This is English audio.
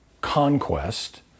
conquest